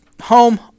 home